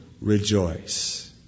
rejoice